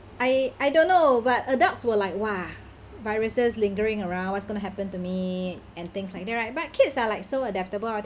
I I don't know but adults were like !wah! viruses lingering around what's going to happen to me and things like that right but kids are like so adaptable